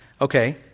Okay